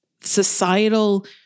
societal